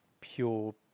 pure